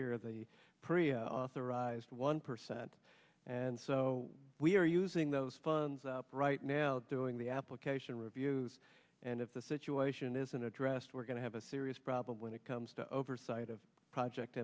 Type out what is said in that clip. year the pre authorized one percent and so we are using those funds right now doing the application reviews and if the situation isn't addressed we're going to have a serious problem when it comes to oversight of project